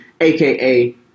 aka